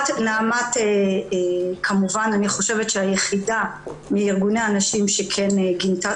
נעמ"ת כמובן אני חושבת שהיחידה מארגוני הנשים כן גינתה